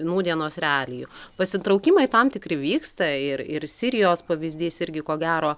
nūdienos realijų pasitraukimai tam tikri vyksta ir ir sirijos pavyzdys irgi ko gero